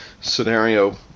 scenario